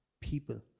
people